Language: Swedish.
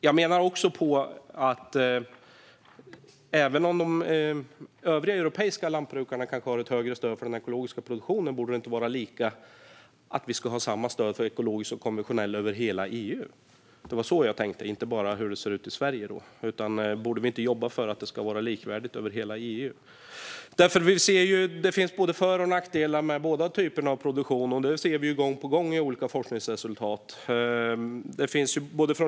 Jag menar också att även om övriga europeiska lantbrukare kanske har ett högre stöd för den ekologiska produktionen borde det vara lika, så att vi har samma stöd för ekologiskt och konventionellt över hela EU. Det var så jag tänkte; jag tänkte inte bara på hur det ser ut i Sverige. Borde vi inte jobba för att det ska vara likvärdigt över hela EU? Det finns både för och nackdelar med båda typerna av produktion - det ser vi gång på gång i olika forskningresultat.